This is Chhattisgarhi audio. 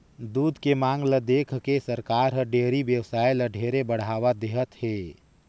दूद के मांग ल देखके सरकार हर डेयरी बेवसाय ल ढेरे बढ़ावा देहत हे